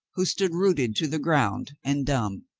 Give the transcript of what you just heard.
who stood rooted to the ground and dumb.